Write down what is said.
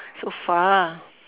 so far